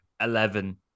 Eleven